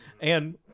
And-